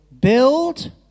build